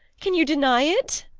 can you deny it?